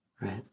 right